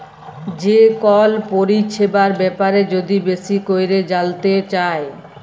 যে কল পরিছেবার ব্যাপারে যদি বেশি ক্যইরে জালতে চায়